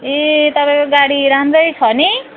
ए तपाईँको गाडी राम्रै छ नि